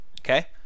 Okay